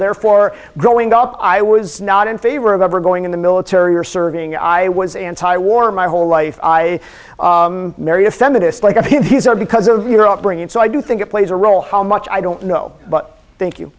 therefore growing up i was not in favor of ever going in the military or serving i was anti war my whole life i married a feminist like i did he said because of your upbringing so i do think it plays a role how much i don't know but thank you